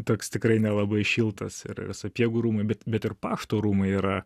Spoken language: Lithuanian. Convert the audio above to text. toks tikrai nelabai šiltas ir sapiegų rūmai bet bet ir pašto rūmai yra